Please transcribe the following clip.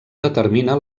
determina